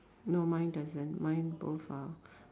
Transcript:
no mine doesn't mine both are